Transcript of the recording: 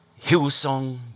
Hillsong